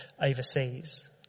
overseas